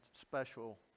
special